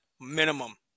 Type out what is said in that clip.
minimum